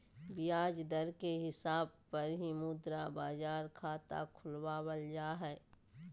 ब्याज दर के हिसाब पर ही मुद्रा बाजार खाता खुलवावल जा हय